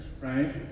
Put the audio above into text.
right